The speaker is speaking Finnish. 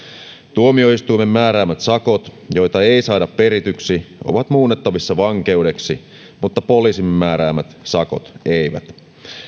tuomioistuimen määräämät sakot joita ei saada perityiksi ovat muunnettavissa vankeudeksi mutta poliisin määräämät sakot eivät